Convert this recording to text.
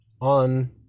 on